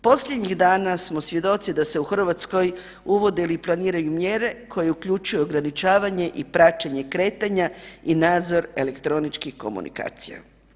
Posljednjih dana smo svjedoci da se u Hrvatskoj uvode ili planiraju mjere koje uključuju ograničavanje i praćenje kretanja i nadzor elektroničkih komunikacija.